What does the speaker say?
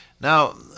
Now